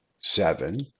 Seven